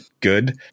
good